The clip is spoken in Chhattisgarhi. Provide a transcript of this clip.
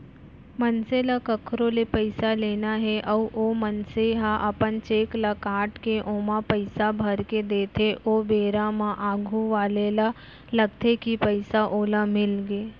मनसे ल कखरो ले पइसा लेना हे अउ ओ मनसे ह अपन चेक ल काटके ओमा पइसा भरके देथे ओ बेरा म आघू वाले ल लगथे कि पइसा ओला मिलगे